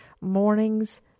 Mornings